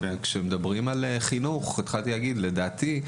כשמדברים על חינוך לדעתי,